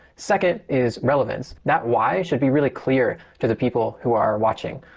second is relevance that y should be really clear to the people who are watching.